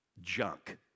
junk